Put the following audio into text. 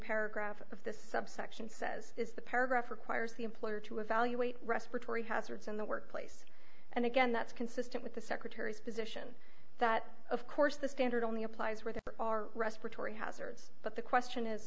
paragraph of this subsection says is the paragraph requires the employer to evaluate respiratory hazards in the workplace and again that's consistent with the secretary's position that of course the standard only applies where there are respiratory hazards but the question is